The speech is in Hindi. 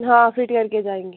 हाँ फ़िट करके जाएँगे